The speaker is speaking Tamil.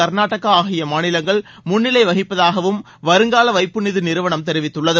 கர்நாடகா ஆகிய மாநிலங்கள் முன்னிலை வகிப்பதாகவும் வருங்கால வைப்புநிதி நிறுவனம் தெரிவித்துள்ளது